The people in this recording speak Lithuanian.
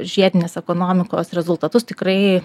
žiedinės ekonomikos rezultatus tikrai